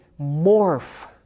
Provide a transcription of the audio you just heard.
morph